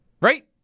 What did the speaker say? Right